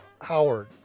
Howard